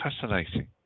fascinating